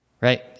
right